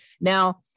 Now